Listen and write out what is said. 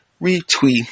retweet